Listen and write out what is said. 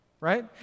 Right